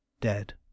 Dead